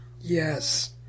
Yes